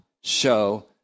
show